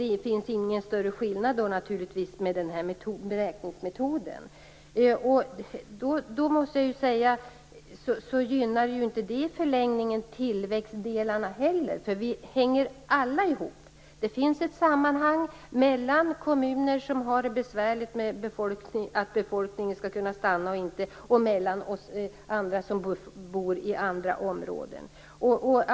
Det finns ingen större skillnad naturligtvis med den här beräkningsmetoden. Detta gynnar i förlängningen inte tillväxtdelarna heller. Allt hänger ihop. Det finns ett sammanhang mellan kommuner som har det besvärligt att få befolkningen att stanna och kommuner i andra områden.